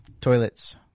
Toilets